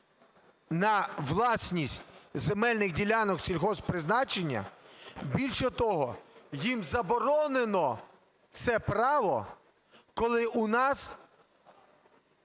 на власність земельних ділянок сільгосппризначення? Більше того, їм заборонено це право, коли у нас